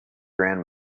grand